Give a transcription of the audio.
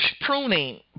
pruning